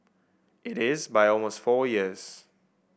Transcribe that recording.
it is by almost four years